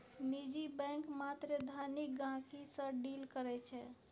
निजी बैंक मात्र धनिक गहिंकी सँ डील करै छै